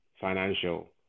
financial